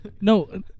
No